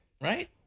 Right